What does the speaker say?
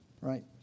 Right